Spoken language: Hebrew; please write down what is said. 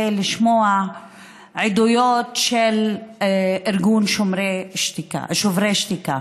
לשמוע עדויות של ארגון שוברים שתיקה.